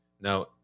Now